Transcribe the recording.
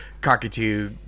cockatoo